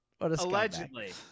allegedly